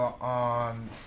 on